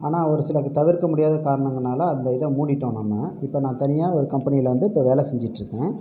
ஆனால் ஒரு சில தவிர்க்க முடியாத காரணங்களால அந்த இதை மூடிட்டோம் நம்ம இப்போ நான் தனியாக ஒரு கம்பெனியில் வந்து இப்போ வேலை செஞ்சிகிட்டு இருக்கேன்